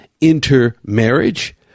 intermarriage